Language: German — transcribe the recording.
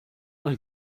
man